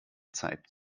zeit